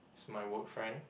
it's my work friend